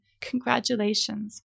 Congratulations